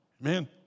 Amen